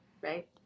right